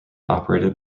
operated